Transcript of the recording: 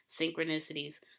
synchronicities